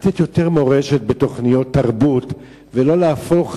לתת יותר מורשת בתוכניות תרבות ולא להפוך